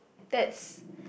that's